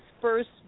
first